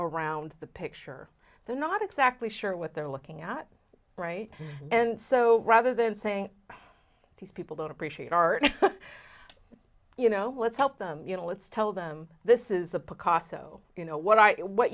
around the picture they're not exactly sure what they're looking at right and so rather than saying these people don't appreciate art you know what's helped them you know let's tell them this is a picasso you know what i what